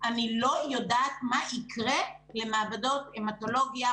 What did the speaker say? אני לא יודעת מה יקרה למעבדות המטולוגיה,